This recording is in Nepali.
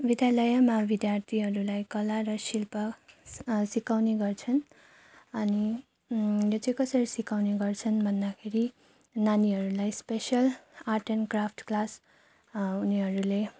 विद्यालयमा विद्यार्थीहरूलाई कला र शिल्प स सिकाउने गर्छन् अनि यो चाहिँ कसरी सिकाउने गर्छन् भन्दाखेरि नानीहरूलाई special art and craft class उनीहरूले